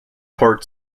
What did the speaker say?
port